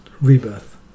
rebirth